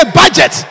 budget